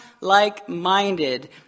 like-minded